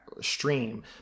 stream